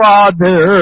Father